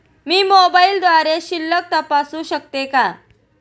मी मोबाइलद्वारे शिल्लक तपासू शकते का?